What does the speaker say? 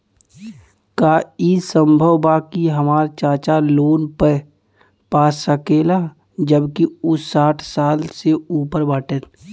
का ई संभव बा कि हमार चाचा लोन पा सकेला जबकि उ साठ साल से ऊपर बाटन?